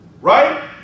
Right